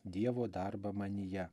dievo darbą manyje